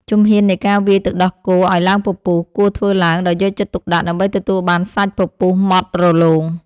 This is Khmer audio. ជំហាននៃការវាយទឹកដោះគោឱ្យឡើងពពុះ គួរធ្វើឡើងដោយយកចិត្តទុកដាក់ដើម្បីទទួលបានសាច់ពពុះម៉ត់រលោង។